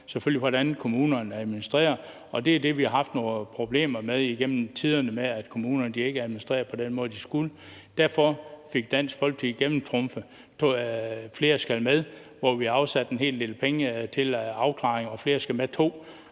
selvfølgelig – hvordan kommunerne administrerer, og det er det, vi har haft nogle problemer med igennem tiderne, nemlig at kommunerne ikke har administreret på den måde, de skulle. Derfor fik Dansk Folkeparti gennemtrumfet, at flere skulle med, og vi fik afsat en hel del penge til afklaring. Og flere skal med i